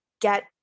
get